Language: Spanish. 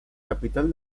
capital